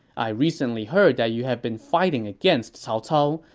i recently heard that you have been fighting against cao cao,